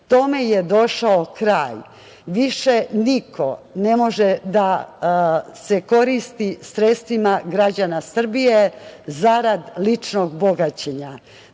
je došao kraj. Više niko ne može da se koristi sredstvima građana Srbije, zarad ličnog bogaćenja.